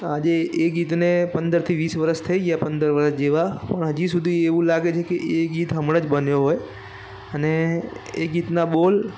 આજે એ ગીતને પંદરથી વીસ વરસ થઇ ગયા પંદર વરસ જેવાં પણ હજુ સુધી એવું લાગે છે કે એ ગીત હમણાં જ બન્યું હોય અને એ ગીતના બોલ